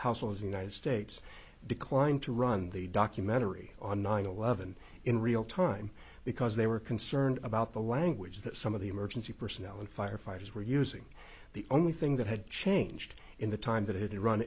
households the united states declined to run the documentary on nine eleven in real time because they were concerned about the language that some of the emergency personnel and fire fighters were using the only thing that had changed in the time that i